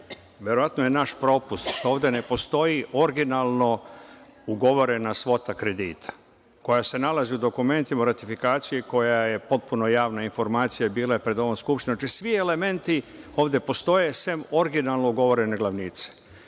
verovatno je naš propust, ovde ne postoji originalno ugovorena svota kredita, koja se nalazi u dokumentima o ratifikaciji koja je potpuno javna informacija bila pred ovom Skupštinom. Znači, svi elementi ovde postoje, sem originalno ugovorene glavnice. Vas